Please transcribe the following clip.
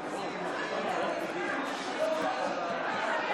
לפיכך אני